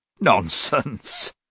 Nonsense